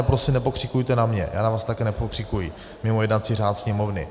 Prosím, nepokřikujte na mě, já na vás taky nepokřikuji, mimo jednací řád Sněmovny.